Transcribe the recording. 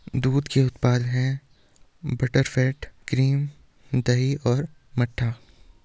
दूध के उत्पाद हैं बटरफैट, क्रीम, दही और मट्ठा